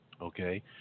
okay